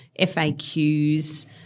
FAQs